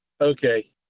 Okay